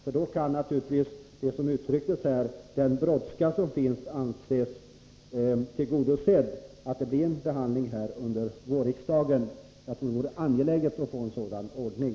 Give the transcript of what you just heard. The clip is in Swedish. I så fall kan man naturligtvis anse att det har tagits hänsyn till den brådska som det talats om här. Jag tror att det är angeläget att frågan får en snabb behandling.